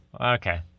okay